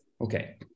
Okay